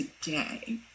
today